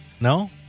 No